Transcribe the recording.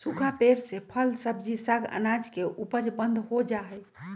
सूखा पेड़ से फल, सब्जी, साग, अनाज के उपज बंद हो जा हई